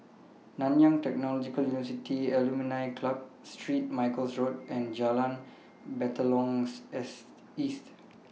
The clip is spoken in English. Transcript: Nanyang Technological University Alumni Club Street Michael's Road and Jalan Batalong's S East